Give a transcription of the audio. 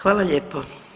Hvala lijepa.